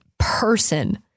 Person